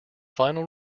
final